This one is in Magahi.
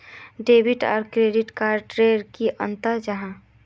डेबिट आर क्रेडिट कार्ड डोट की अंतर जाहा?